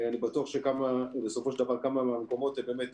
אני בטוח שבסופו של דבר כמה מהמקומות זה באמת